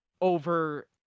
over